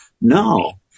no